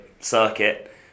Circuit